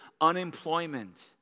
unemployment